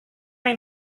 yang